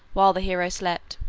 while the hero slept.